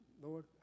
Lord